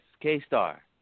K-Star